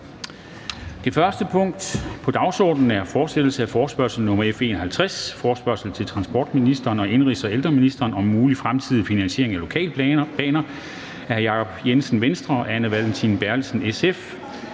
Det første punkt på dagsordenen er: 1) Fortsættelse af forespørgsel nr. F 51 [afstemning]: Forespørgsel til transportministeren og indenrigs- og boligministeren om en mulig fremtidig finansiering af lokalbaner. Af Jacob Jensen (V) og Anne Valentina Berthelsen (SF).